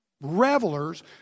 revelers